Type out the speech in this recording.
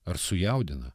ar sujaudina